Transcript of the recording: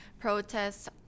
protests